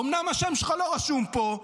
אומנם השם שלך לא רשום פה,